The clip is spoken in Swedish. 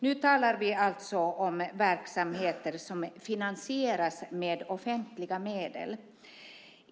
Nu talar vi alltså om verksamheter som finansieras med offentliga medel.